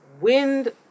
wind